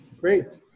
Great